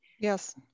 Yes